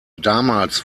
damals